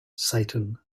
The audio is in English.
satan